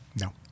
No